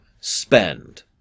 spend